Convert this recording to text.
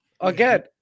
Again